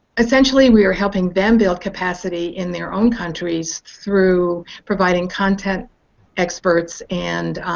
essentially we're helping them build capacity in their own countries through providing content experts and